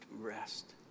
rest